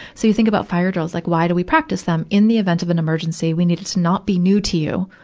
so you think about fire drills, like why do we practice them? in the event of an emergency, we need it to not be new to you,